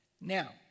Now